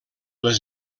les